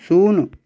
ଶୂନ